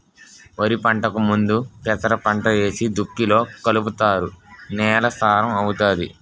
వరిపంటకు ముందు పెసరపంట ఏసి దుక్కిలో కలుపుతారు నేల సారం అవుతాది